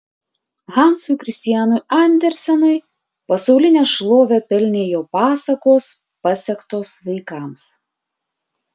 hansui kristianui andersenui pasaulinę šlovę pelnė jo pasakos pasektos vaikams